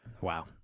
Wow